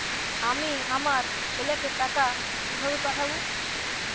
আমি আমার ছেলেকে টাকা কিভাবে পাঠাব?